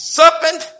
serpent